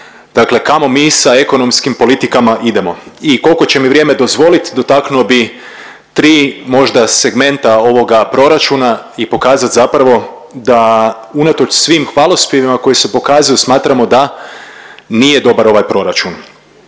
dakle kamo mi sa ekonomskim politikama idemo i koliko će mi vrijeme dozvoliti dotaknuo bih tri možda segmenta ovoga proračuna i pokazati zapravo da unatoč svim hvalospjevovima koji se pokazuju smatramo da nije dobar ovaj proračun.